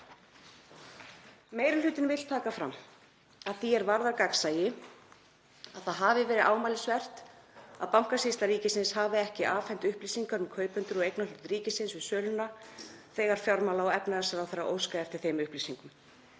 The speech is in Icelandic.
Meiri hlutinn vill taka fram að því er varðar gagnsæi að það hafi verið ámælisvert að Bankasýsla ríkisins hafi ekki afhent upplýsingar um kaupendur á eignarhlut ríkisins við söluna þegar fjármála- og efnahagsráðherra óskað eftir þeim upplýsingum